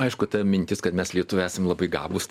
aišku ta mintis kad mes lietuviai esam labai gabūs